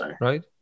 right